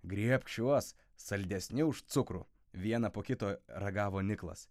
griebk šiuos saldesni už cukrų vieną po kito ragavo niklas